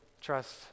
trust